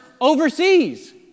overseas